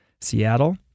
Seattle